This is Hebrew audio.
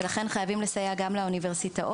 ולכן חייבים לסייע גם לאוניברסיטאות.